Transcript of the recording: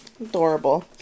adorable